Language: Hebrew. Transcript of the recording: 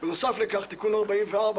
ורק לטעם שבגינו הופקד בידם הכוח והסמכויות,